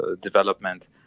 development